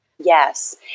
Yes